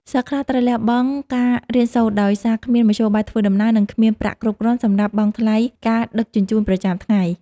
សិស្សខ្លះត្រូវលះបង់ការរៀនសូត្រដោយសារគ្មានមធ្យោបាយធ្វើដំណើរ និង គ្មានប្រាក់គ្រប់គ្រាន់សម្រាប់បង់ថ្លៃការដឹកជញ្ជូនប្រចាំថ្ងៃ។